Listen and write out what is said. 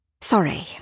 Sorry